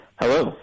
Hello